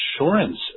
insurance